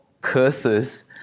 curses